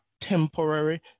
temporary